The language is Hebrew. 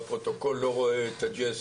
והפרוטוקול לא רואה את הג'סטה.